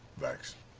vax.